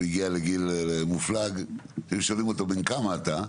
הוא הגיע לגיל מופלג, היו שואלים אותו בן כמה אתה?